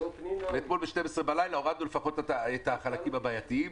אתמול ב-12:00 בלילה הורדנו לפחות את החלקים הבעייתיים,